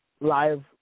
live